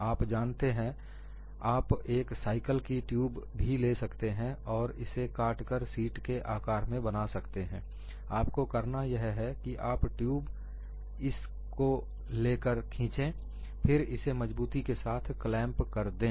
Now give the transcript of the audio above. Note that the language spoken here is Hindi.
आप जानते हैं आप एक साइकिल की ट्यूब भी ले सकते हैं और इसे काट कर सीट के आकार में बना सकते हैं आपको करना यह है कि आप इस ट्यूब को लेकर खींचे और फिर इसे मजबूती के साथ क्लैंप कर दें